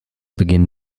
beginn